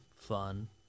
Fun